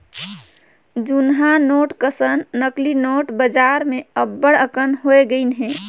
जुनहा नोट कस नकली नोट बजार में अब्बड़ अकन होए गइन अहें